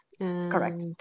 Correct